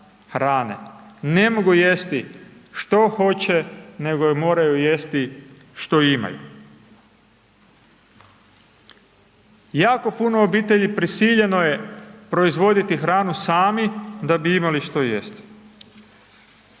Ne mogu jesti što hoće, nego moraju jesti što imaju. Jako puno obitelji prisiljeno je proizvoditi hranu sami da bi imali što jesti.